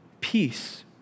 peace